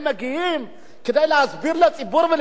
כדי להסביר לציבור ולייצר ספינים,